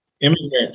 immigrants